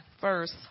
first